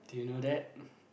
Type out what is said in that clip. do you know that